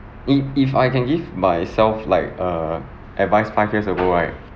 if if I can give myself like err advise five years ago right